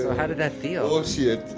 how did that feel? oh, shit